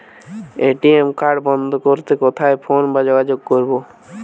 ATM card বন্ধ করতে কোথায় ফোন বা যোগাযোগ করব?